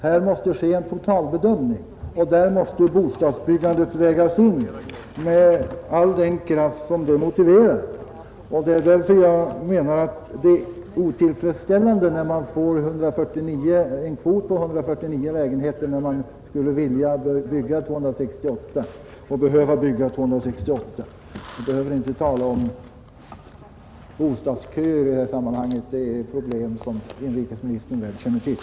Det måste alltså ske en totalbedömning, där bostadsbyggandet måste vägas in med all den kraft som är motiverad. Det är därför jag menar att det är otillräckligt att man får en kvot på 149 lägenheter, när man skulle behöva 268. Vi behöver inte tala om bostadskö i detta sammanhang. Det är problem som inrikesministern väl känner till.